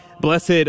Blessed